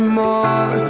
more